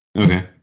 Okay